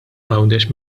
għawdex